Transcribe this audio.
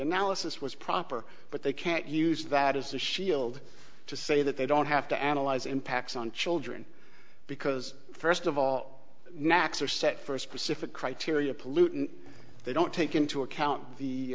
analysis was proper but they can't use that as a shield to say that they don't have to analyze impacts on children because first of all necks are set for a specific criteria pollutant they don't take into account the